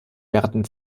werden